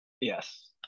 Yes